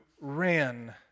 ran